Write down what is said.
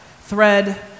thread